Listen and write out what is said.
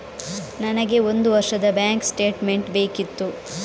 ನನಗೆ ಒಂದು ವರ್ಷದ ಬ್ಯಾಂಕ್ ಸ್ಟೇಟ್ಮೆಂಟ್ ಬೇಕಿತ್ತು